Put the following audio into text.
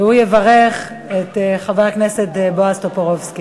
והוא יברך את חבר הכנסת בועז טופורובסקי.